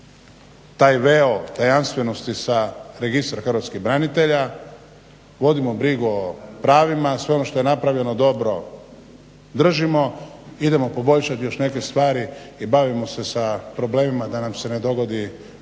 taj veo tajanstvenosti sa Registra hrvatskih branitelja, vodimo brigu o pravima, sve ono što je napravljeno dobro držimo, idemo poboljšati još neke stvari i bavimo se sa problemima da nam se ne dogodi još